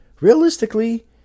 realistically